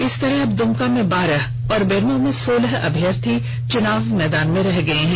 इस तरह अब दुमका में बारह और बेरमो में सोलह अभ्यर्थी चुनाव मैदान में रह गये हैं